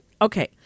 okay